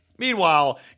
Meanwhile